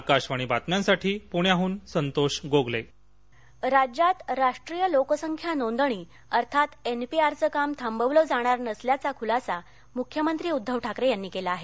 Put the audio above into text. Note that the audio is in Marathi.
आकाशवाणी बातम्यांसाठी पुण्याहून संतोष गोगले सीएम राज्यात राष्ट्रीय लोकसंख्या नोंदणी अर्थात एनपीआर चं काम थांबवलं जाणार नसल्याचा खुलासा मुख्यमंत्री उद्धव ठाकरे यांनी केला आहे